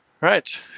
Right